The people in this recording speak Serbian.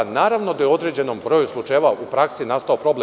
Naravno da je u određenom broju slučajeva u praksi nastao problem.